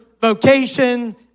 vocation